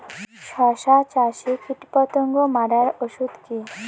শসা চাষে কীটপতঙ্গ মারার ওষুধ কি?